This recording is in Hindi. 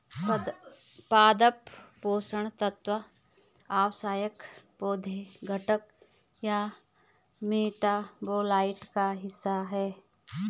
पादप पोषण तत्व आवश्यक पौधे घटक या मेटाबोलाइट का हिस्सा है